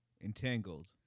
entangled